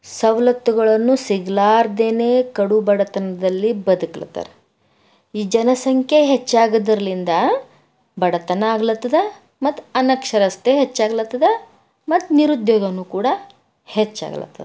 ಸವಲತ್ತುಗಳನ್ನು ಸಿಗಲಾರ್ದೆನೆ ಕಡುಬಡತನದಲ್ಲಿ ಬದುಕ್ಲತ್ತಾರ ಈ ಜನಸಂಖ್ಯೆ ಹೆಚ್ಚಾಗದ್ರಲ್ಲಿಂದ ಬಡತನ ಆಗ್ಲತ್ತದ ಮತ್ತೆ ಅನಕ್ಷರತೇ ಹೆಚ್ಚಾಗ್ಲತ್ತದ ಮತ್ತೆ ನಿರುದ್ಯೋಗವೂ ಕೂಡ ಹೆಚ್ಚಾಗ್ಲತ್ತೆ